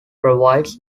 provides